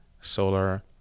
solar